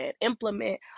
implement